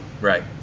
Right